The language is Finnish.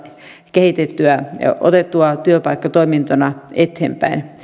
kehitettyä ja otettua työpaikkatoimintoina eteenpäin